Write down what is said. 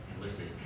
listed